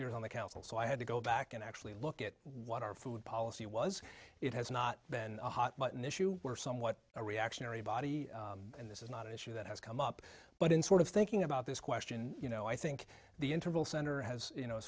years on the council so i had to go back and actually look at what our food policy was it has not been a hot button issue or somewhat a reactionary body and this is not an issue that has come up but in sort of thinking about this question you know i think the interval center has you know